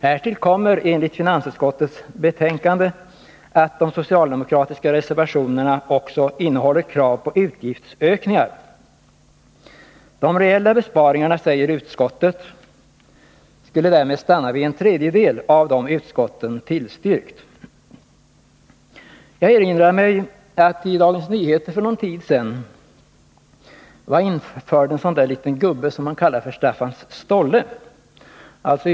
Härtill kommer, enligt finansutskottets betänkande, att de socialdemokratiska reservationerna också innehåller krav på utgiftsökningar. De reella besparingarna, säger utskottet, skulle därmed stanna vid en tredjedel av vad utskotten tillstyrkt. Jag erinrar mig en av ”Staffans stollar” som var införd i Dagens Nyheter för någon tid sedan.